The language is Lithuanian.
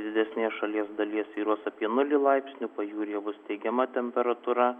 didesnėje šalies dalyje svyruos apie nulį laipsnių pajūryje bus teigiama temperatūra